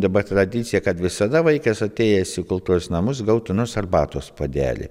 dabar tradicija kad visada vaikas atėjęs į kultūros namus gautų nors arbatos puodelį